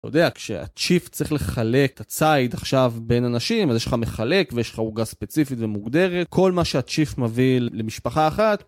אתה יודע, כשהצ'יף צריך לחלק את הצייד עכשיו בין אנשים, אז יש לך מחלק ויש לך עוגה ספציפית ומוגדרת, כל מה שהצ'יף מביא למשפחה אחת.